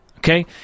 Okay